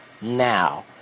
now